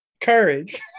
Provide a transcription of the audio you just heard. Courage